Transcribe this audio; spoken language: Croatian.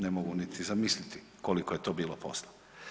Ne mogu niti zamisliti koliko je to bilo posla.